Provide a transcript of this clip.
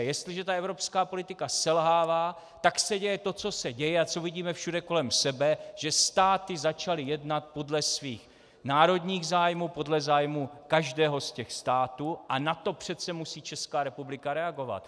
Jestliže evropská politika selhává, tak se děje to, co se děje a co vidíme všude kolem sebe, že státy začaly jednat podle svých národních zájmů, podle zájmů každého z těch států, a na to přece musí Česká republika reagovat.